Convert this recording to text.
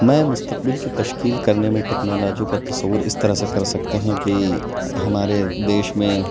میں مستقبل کی تشکیل کرنے میں ٹیکنالوجی کا تصور اس طرح سے کر سکتے ہیں کہ ہمارے دیش میں